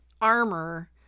armor